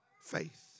faith